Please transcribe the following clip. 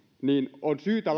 on syytä